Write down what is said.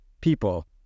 people